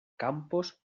campos